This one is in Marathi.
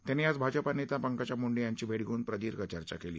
त्यांनी आज भाजपा नेत्या पंकजा मुंडे यांची भेट घेऊन प्रदीर्घ चर्चा केली